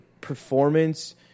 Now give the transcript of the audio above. performance